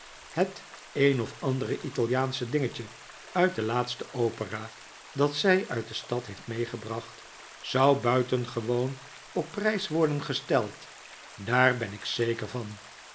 het een of andere italiaansche dingetje uit de laatste opera dat zij uit de stad heeft meegebracht zou buitengewoon op prijs worden gesteld daar ben ik zeker van